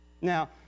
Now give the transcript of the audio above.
Now